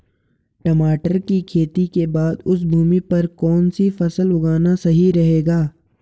टमाटर की खेती के बाद उस भूमि पर कौन सी फसल उगाना सही रहेगा?